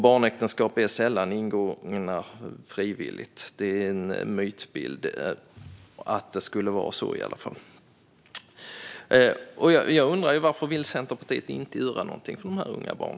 Barnäktenskap är sällan ingångna frivilligt. Att det skulle förhålla sig så är en mytbild. Jag undrar varför Centerpartiet inte vill göra något för dessa barn.